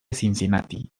cincinnati